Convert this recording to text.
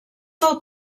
del